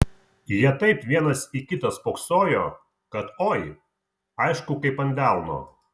jie taip vienas į kitą spoksojo kad oi aišku kaip ant delno